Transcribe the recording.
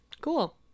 Cool